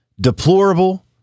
deplorable